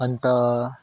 अन्त